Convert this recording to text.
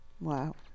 Wow